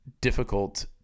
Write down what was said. difficult